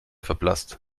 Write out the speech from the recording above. verblasst